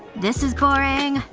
this is boring.